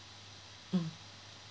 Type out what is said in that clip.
hmm